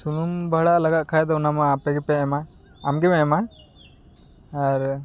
ᱥᱩᱱᱩᱢ ᱵᱷᱟᱲᱟ ᱞᱟᱜᱟᱜ ᱠᱷᱟᱱ ᱚᱱᱟ ᱢᱟ ᱟᱯᱮᱜᱮᱯᱮ ᱮᱢᱟ ᱟᱢᱜᱮᱢ ᱮᱢᱟ ᱟᱨ